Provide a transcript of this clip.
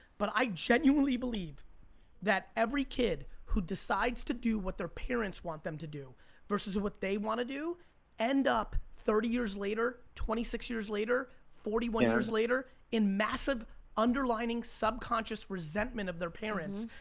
but i genuinely believe that every kid who decides to do what their parents want them to do versus what they wanna do end up thirty years later, twenty six years later forty one yeas and later, in massive underlining subconscious resentment of their parents.